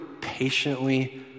patiently